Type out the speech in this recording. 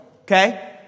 Okay